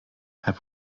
herr